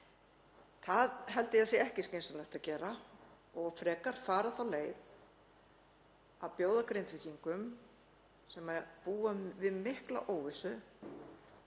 Það held ég að sé ekki skynsamlegt að gera. Frekar eigi að fara þá leið að bjóða Grindvíkingum sem búa við mikla óvissu